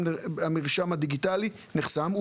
והמרשם הדיגיטלי נחסם,